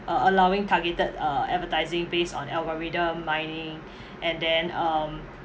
uh allowing targeted uh advertising based on algorithm mining and then um